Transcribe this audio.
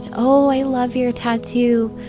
and oh, i love your tattoo.